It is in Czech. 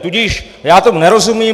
Tudíž já tomu nerozumím.